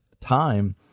time